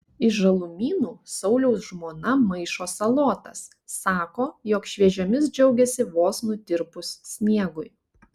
iš žalumynų sauliaus žmona maišo salotas sako jog šviežiomis džiaugiasi vos nutirpus sniegui